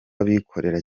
abikorera